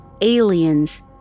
aliens